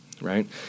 right